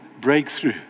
breakthrough